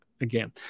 again